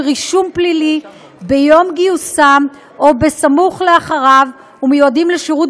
רישום פלילי ביום גיוסם או סמוך אחריו ומיועדים לשירות